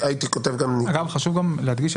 חשוב גם להדגיש,